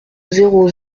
zéro